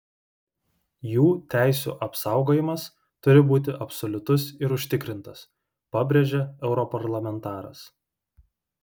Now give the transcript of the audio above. jų teisių apsaugojimas turi būti absoliutus ir užtikrintas pabrėžė europarlamentaras